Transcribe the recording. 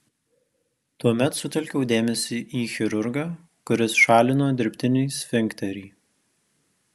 tuomet sutelkiau dėmesį į chirurgą kuris šalino dirbtinį sfinkterį